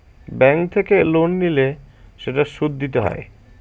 bank থেকে loan নিলে সেটার সুদ দিতে হয়